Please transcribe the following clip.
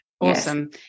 Awesome